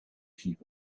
heap